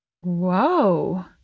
Whoa